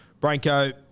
Branko